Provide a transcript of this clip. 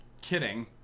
kidding